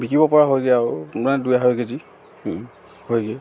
বিকিব পৰা হৈগৈ আৰু মানে দুই আঢ়ৈ কেজি হৈগৈ